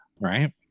Right